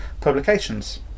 publications